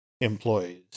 employees